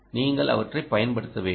நீங்கள் அவற்றைப் பயன்படுத்த வேண்டும்